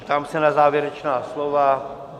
Ptám se na závěrečná slova?